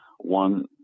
One